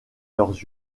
leurs